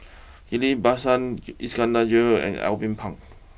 Ghillie Basan Iskandar Jalil and Alvin Pang